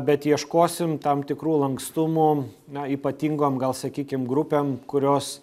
bet ieškosim tam tikrų lankstumo na ypatingom gal sakykim grupėm kurios